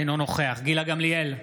אינו נוכח גילה גמליאל,